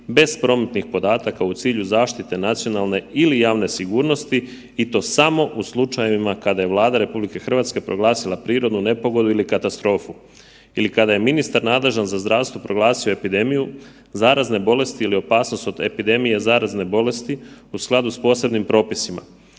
bez promptnih podataka u cilju zaštite nacionalne ili javne sigurnosti i to samo u slučajevima kada je Vlada RH proglasila prirodnu nepogodu ili katastrofu ili kada je ministar nadležan za zdravstvo proglasio epidemiju zarazne bolesti ili opasnost od epidemije zarazne bolesti u skladu s posebnim propisima.